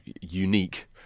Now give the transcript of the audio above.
unique